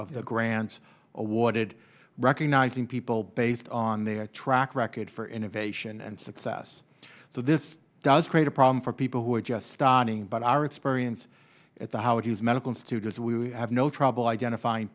of the grants awarded recognizing people based on their track record for innovation and success so this does create a problem for people who are just starting but our experience at howard hughes medical institute is we would have no trouble identifying